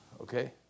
Okay